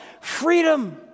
Freedom